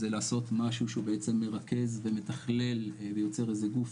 זה לעשות משהו שהוא בעצם מרכז ומתכלל ויוצר איזה גוף